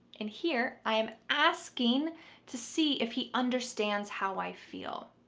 and here i am asking to see if he understands how i feel.